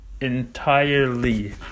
entirely